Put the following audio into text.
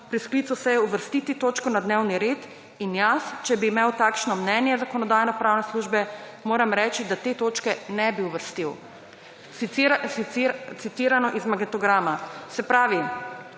pri sklicu seje uvrstiti točko na dnevni red. in jaz, če bi imel takšno mnenje Zakonodajno-pravne službe, moram reči, da te točke nebi uvrstil«. Citirano iz magnetograma. Se pravi,